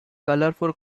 colorful